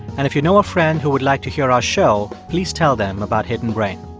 and if you know a friend who would like to hear our show, please tell them about hidden brain.